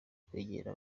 kwegera